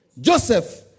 Joseph